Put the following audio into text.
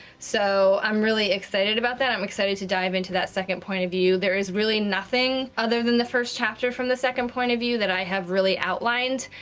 so i'm really excited about that, i'm excited to dive into that second point of view. there is really nothing other than the first chapter from the second point of view that i have really outlined.